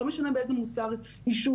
לא משנה באיזה מוצר עישון,